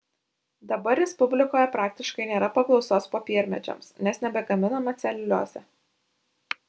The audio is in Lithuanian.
dabar respublikoje praktiškai nėra paklausos popiermedžiams nes nebegaminama celiuliozė